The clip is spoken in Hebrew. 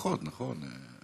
אפשר גם פחות, נכון.